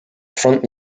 front